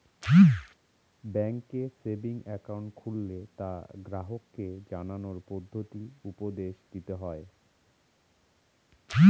ব্যাঙ্কে savings account খুললে তা গ্রাহককে জানানোর পদ্ধতি উপদেশ দিতে হয়